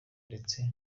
ndetse